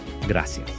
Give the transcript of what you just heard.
Gracias